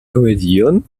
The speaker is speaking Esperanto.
komedion